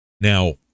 Now